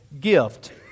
gift